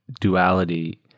duality